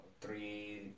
three